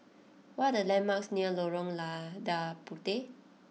what are the landmarks near Lorong Lada Puteh